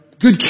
good